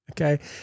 Okay